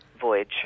voyage